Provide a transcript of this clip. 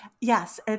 Yes